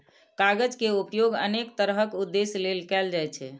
कागज के उपयोग अनेक तरहक उद्देश्य लेल कैल जाइ छै